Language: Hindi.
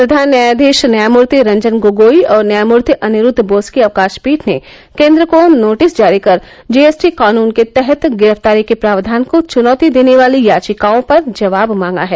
प्रधान न्यायाधीश न्यायमूर्ति रंजन गोगोई और न्यायमूर्ति अनिरूद्व बोस की अवकाश पीठ ने केन्द्र को नोटिस जारी कर जी एस टी कानून के तहत गिरफ्तारी के प्रावधान को चुनौती देने वाली याचिकाओं पर जवाब मांगा है